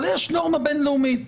אבל יש נורמה בין-לאומית.